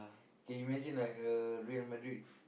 K imagine like a Real-Madrid